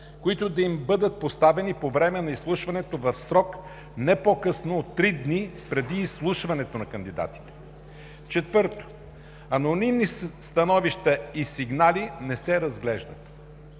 които да им бъдат поставени по време на изслушването в срок не по-късно от 3 дни преди изслушването на кандидатите. 4. Анонимни становища и сигнали не се разглеждат.